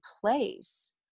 place